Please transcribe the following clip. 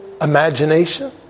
imagination